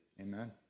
Amen